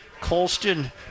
Colston